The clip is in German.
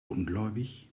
ungläubig